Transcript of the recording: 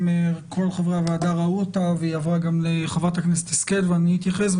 כל חברי הוועדה ראו אותה והיא עברה גם לחברת הכנסת השכל ואני אתייחס,